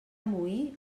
moí